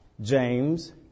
James